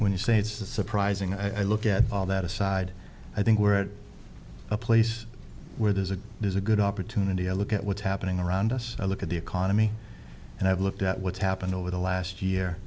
when you say it's a surprising i look at all that aside i think we're at a place where there's a there's a good opportunity a look at what's happening around us i look at the economy and i've looked at what's happened over the last year